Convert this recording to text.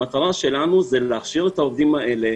מטרתנו היא להכשיר את העובדים האלה,